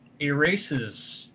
erases